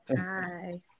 Hi